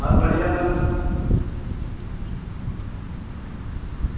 बस बढ़िया सर